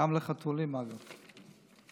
גם לחתולים, אגב.